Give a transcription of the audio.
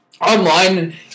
online